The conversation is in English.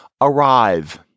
arrive